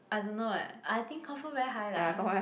I don't know eh I think confirm very high lah